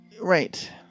Right